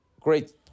great